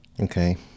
Okay